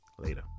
later